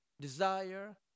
desire